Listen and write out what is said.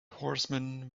horseman